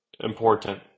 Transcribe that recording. Important